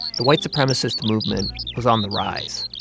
the white supremacist movement was on the rise.